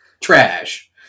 trash